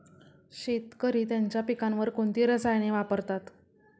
शेतकरी त्यांच्या पिकांवर कोणती रसायने वापरतात?